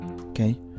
okay